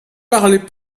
parlez